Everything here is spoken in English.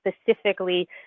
specifically